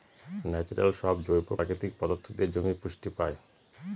natural সব জৈব প্রাকৃতিক পদার্থ দিয়ে জমি পুষ্টি পায়